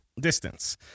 distance